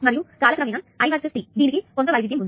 మరియు కాల క్రమేణా I వర్సెస్ t దీనికి కొంత వైవిధ్యం ఉంది